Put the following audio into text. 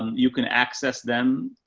um you can access them,